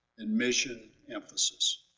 and mission emphasis.